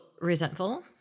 resentful